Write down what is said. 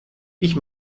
ich